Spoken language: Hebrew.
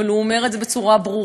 אבל הוא אומר את זה בצורה ברורה,